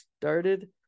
started